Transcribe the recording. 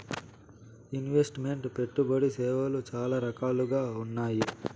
invest meant పెట్టుబడి సేవలు చాలా రకాలుగా ఉన్నాయి